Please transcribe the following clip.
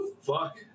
Fuck